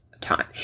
time